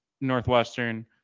Northwestern